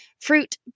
fruit